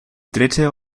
dritte